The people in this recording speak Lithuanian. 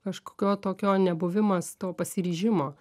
kažkokio tokio nebuvimas to pasiryžimo